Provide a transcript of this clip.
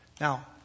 Now